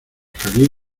feliz